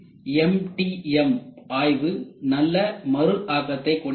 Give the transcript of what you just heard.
MTM ஆய்வு நல்ல மறுஆக்கத்தைக் கொடுக்கிறது